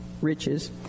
riches